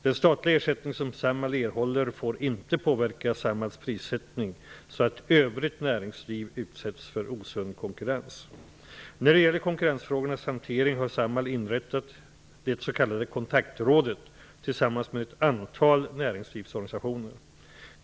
Den statliga ersättning som Samhall erhåller får inte påverka När det gäller konkurrensfrågornas hantering har Samhall inrättat det s.k. Kontaktrådet tillsammans med ett antal näringslivsorganisationer.